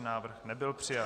Návrh nebyl přijat.